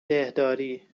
دهداری